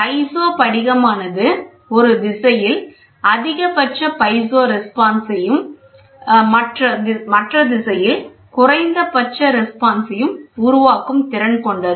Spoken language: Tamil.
பைசோ படிகமானது ஒரு திசையில் அதிகபட்ச பைசோ ரெஸ்பான்ஸ் யும் மற்ற திசையில் குறைந்தபட்ச ரெஸ்பான்ஸ் யும் உருவாக்கும் திறன் கொண்டது